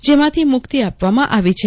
જેમાંથી મુક્તિ આપવામાં આવી છે